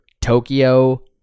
Tokyo